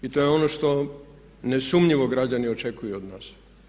I to je ono što nesumnjivo građani očekuju od nas.